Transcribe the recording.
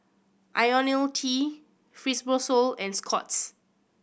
Ionil T Fibrosol and Scott's